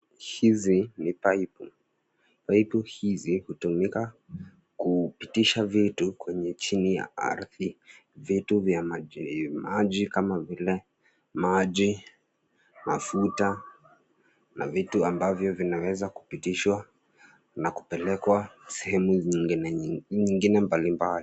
Hizi ni paipu. Paipu hizi hutumika kupitisha vitu kwenye chini ya ardhi, vitu vya maji maji kama vile maji, mafuta na vitu ambavyo vinaweza kupitishwa na kupelekwa sehemu nyingine nyingine mbalimbali.